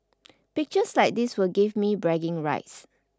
pictures like this will give me bragging rights